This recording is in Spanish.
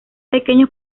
pequeños